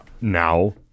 now